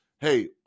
hey